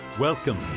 Welcome